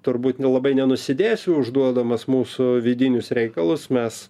turbūt nelabai nenusidėsiu užduodamas mūsų vidinius reikalus mes